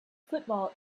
football